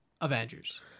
Avengers